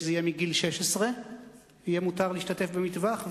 שרק מגיל 16 יהיה מותר להשתתף במטווח,